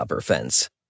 fence